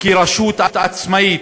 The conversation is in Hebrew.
כרשות עצמאית.